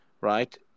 right